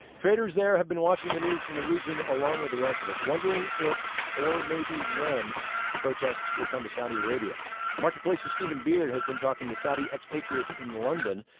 traders there have been watching the news from the region along with the rest of us, wondering if or maybe when protests will come to saudi arabia marketplace's stephen beard has been talking to saudi expatriates in london,